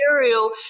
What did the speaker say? material